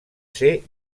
ser